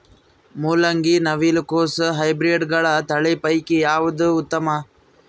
ಮೊಲಂಗಿ, ನವಿಲು ಕೊಸ ಹೈಬ್ರಿಡ್ಗಳ ತಳಿ ಪೈಕಿ ಯಾವದು ಉತ್ತಮ?